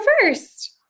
first